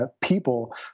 people